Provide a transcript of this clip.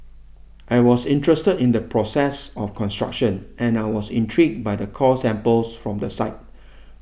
I was interested in the process of construction and I was intrigued by the core samples from the site